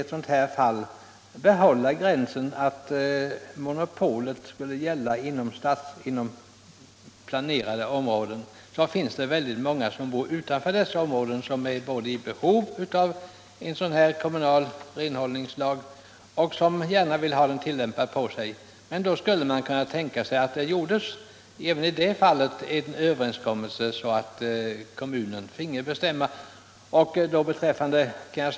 Men även om man har bestämmelsen att renhållningsmonopolet skall gälla inom planerat område, finns det många människor utanför sådana områden som vore i behov av kommunal renhållning och som gärna skulle vilja ha en sådan lag tillämpad. Och då skulle man kunna tänka sig en överenskommelse även i det fallet, så att kommunen fick bestämma hur det skulle förfaras.